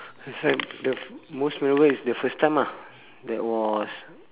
that's why the f~ most memorable is the first time ah that was